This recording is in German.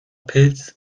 pilz